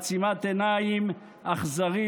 בעצימת עיניים אכזרית,